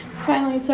finally so